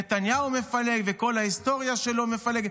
נתניהו מפלג וכל ההיסטוריה שלו מפלגת.